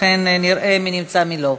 לכן נראה מי נמצא ומי לא.